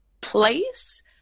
place